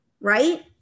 right